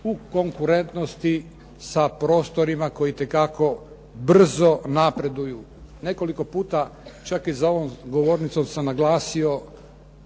u konkurentnosti sa prostorima koji itekako brzo napreduju. Nekoliko puta, čak i za ovom govornicom sam naglasio